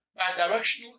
bidirectional